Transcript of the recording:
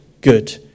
good